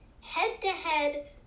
head-to-head